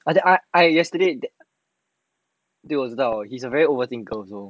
I I I yesterday 对我知道 he is a very overthinker